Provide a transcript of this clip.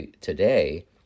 today